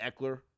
Eckler